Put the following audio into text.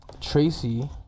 Tracy